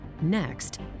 Next